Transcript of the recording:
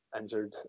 injured